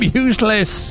useless